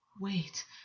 Wait